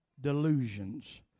delusions